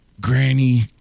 granny